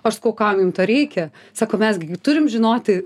aš sakau kam jum to reikia sako mes gi turim žinoti